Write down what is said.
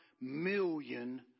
million